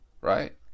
right